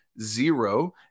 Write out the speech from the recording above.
zero